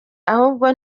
ahubwo